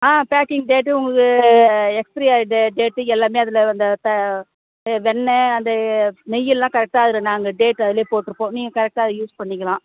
ஆ packing date உங்களுக்கு expiry ஆயி day date எல்லாமே அதில் அந்த த வெண்ணெய் அந்த நெய்யெல்லாம் கரெட்டாக அதில் நாங்கள் டேட்டு அதிலேயே போட்டிருப்போம் நீங்கள் கரெட்டாக யூஸ் பண்ணிக்கலாம்